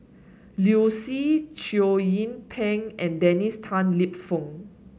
Liu Si Chow Yian Ping and Dennis Tan Lip Fong